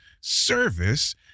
service